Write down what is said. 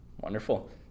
Wonderful